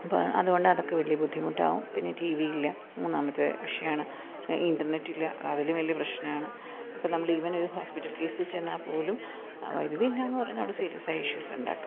അപ്പോൾ അതുകൊണ്ട് അതൊക്കെ വലിയ ബുദ്ധിമുട്ടാവും പിന്നെ ടീവി ഇല്ല മൂന്നാമത്തെ വിഷയമാണ് ഇൻ്റർനെറ്റ് ഇല്ല അതിലും വലിയ പ്രശ്നമാണ് ഇപ്പം നമ്മൾ ഈവൻ ഒരു ഹോസ്പിറ്റൽ കേസ്സ് ചെന്നാൽ പോലും വൈദ്യുതി ഇല്ല എന്നു പറയുന്നത് അവിടെ സീരിയസായി ഇഷ്യൂസ് ഉണ്ടാക്കും